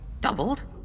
Doubled